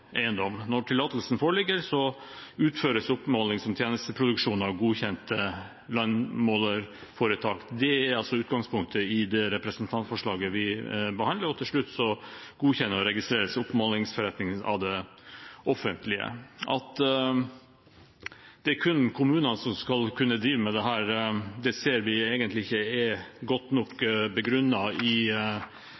Når tillatelsen foreligger, utføres oppmåling som tjenesteproduksjon av godkjent landmålerforetak. Det er utgangspunktet for det representantforslaget vi behandler. Til slutt godkjennes og registreres oppmålingsforretningen av det offentlige. At det kun er kommunene som skal kunne drive med dette, kan vi egentlig ikke se er godt nok